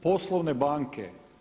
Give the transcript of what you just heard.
Poslovne banke.